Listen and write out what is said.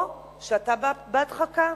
או שאתה בהדחקה.